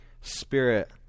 spirit